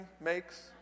makes